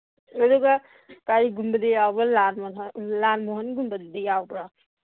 ꯑꯗꯨꯒ ꯀꯔꯤꯒꯨꯝꯕꯗꯤ ꯌꯥꯎꯕ꯭ꯔꯥ ꯂꯥꯜ ꯃꯣꯍꯣꯟꯒꯨꯝꯕꯗꯨꯗꯤ ꯌꯥꯎꯕ꯭ꯔꯣ